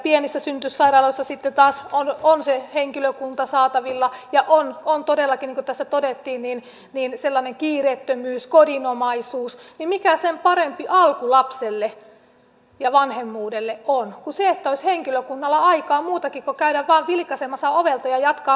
pienissä synnytyssairaaloissa sitten taas on se henkilökunta saatavilla ja on todellakin niin kuin tässä todettiin sellainen kiireettömyys kodinomaisuus mikä sen parempi alku lapselle ja vanhemmuudelle on kuin se että henkilökunnalla olisi aikaa muutakin kuin käydä vain vilkaisemassa ovelta ja jatkaa matkaa